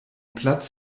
platz